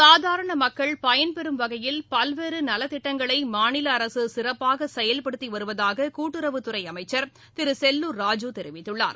சாதாரண மக்கள் பயன்பெறும் வகையில் பல்வேறு நலத்திட்டங்களை மாநில அரசு சிறப்பாக செயல்படுத்தி வருவதாக கூட்டுறவுத் துறை அமைச்சர் திரு செல்லூர் ராஜூ தெரிவித்துள்ளார்